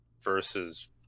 versus